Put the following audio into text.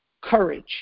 courage